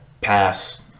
pass